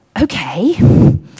okay